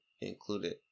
included